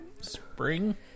spring